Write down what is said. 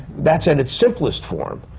that's at its simplest form.